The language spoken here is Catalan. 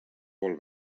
vol